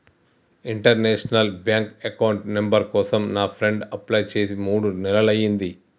international bank account number కోసం నా friend apply చేసి మూడు నెలలయ్యింది